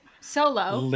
solo